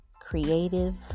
Creative